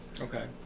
Okay